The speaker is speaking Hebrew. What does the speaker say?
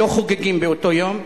שלא חוגגים באותו היום.